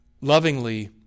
lovingly